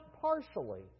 partially